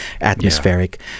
atmospheric